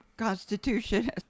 constitution